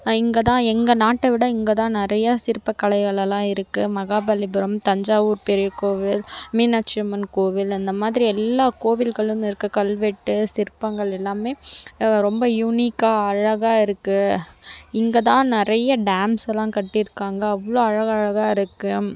இங்கேதான் எங்கள் நாட்டை விட இங்கேதான் நிறையா சிற்பக் கலைகளெலாம் இருக்குது மகாபலிபுரம் தஞ்சாவூர் பெரிய கோவில் மீனாட்சி அம்மன் கோவில் அந்த மாதிரி எல்லா கோவில்களும் இருக்க கல்வெட்டு சிற்பங்கள் எல்லாமே ரொம்ப யூனிக்காக அழகாக இருக்குது இங்கேதான் நிறையா டேம்ஸ்ஸெல்லாம் கட்டியிருக்காங்க அவ்வளோ அழகழகாக இருக்குது